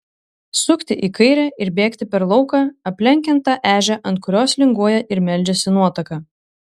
sukti į kairę ir bėgti per lauką aplenkiant tą ežią ant kurios linguoja ir meldžiasi nuotaka